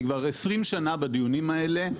אני כבר 20 שנה בדיונים האלה.